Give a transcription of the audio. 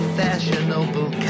fashionable